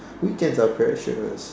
weekends are precious